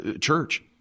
church